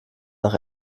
nach